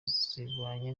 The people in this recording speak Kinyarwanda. zibanye